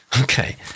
Okay